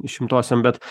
šimtosiom bet